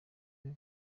maze